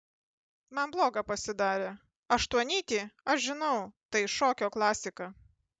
man bloga pasidarė aštuonnytį aš žinau tai šokio klasika